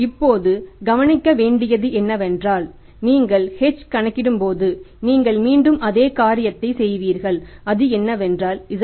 இப்போது கவனிக்க வேண்டியது என்னவென்றால் என்னவென்றால் நீங்கள் h கணக்கிடும்போது நீங்கள் மீண்டும் அதே காரியத்தைச் செய்வீர்கள் அது என்னவென்றால் z